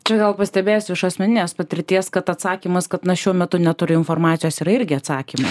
čia gal pastebėsiu iš asmeninės patirties kad atsakymas kad na šiuo metu neturi informacijos yra irgi atsakymas